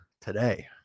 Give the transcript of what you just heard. today